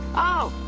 oh,